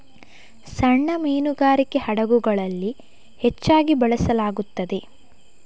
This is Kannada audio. ಸಣ್ಣ ಮೀನುಗಾರಿಕೆ ಹಡಗುಗಳಲ್ಲಿ ಹೆಚ್ಚಾಗಿ ಬಳಸಲಾಗುತ್ತದೆ